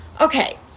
okay